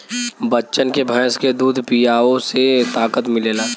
बच्चन के भैंस के दूध पीआवे से ताकत मिलेला